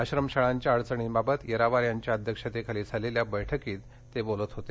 आश्रमशाळांच्या अडचणींबाबत येरावार यांच्या अध्यक्षतेखाली झालेल्या बैठकीत ते बोलत होते